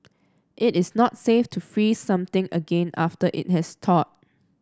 it is not safe to freeze something again after it has thawed